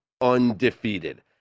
undefeated